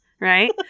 Right